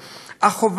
ביטוח סיעודי,